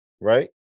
Right